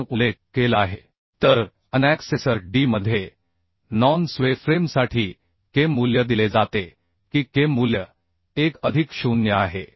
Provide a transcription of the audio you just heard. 2 उल्लेख केला आहे तर अनॅक्सेर डी मध्ये नॉन स्वे फ्रेमसाठी के मूल्य दिले जाते की के मूल्य 1 अधिक 0 आहे